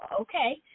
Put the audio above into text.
okay